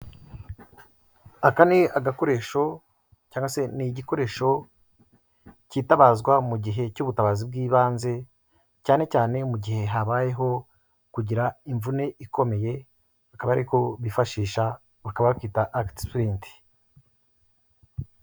Aka ni agakoresho cyangwa se ni igikoresho kitabazwa mu gihe cy'ubutabazi bw'ibanze cyane cyane mu gihe habayeho kugira imvune ikomeye, akaba ariko bifashisha, bakabakita ActiSplint.